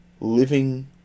living